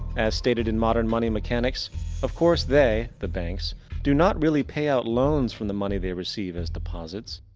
as stated in modern money mechanics of course they the banks do not really pay out loans for the money, they receive as deposits.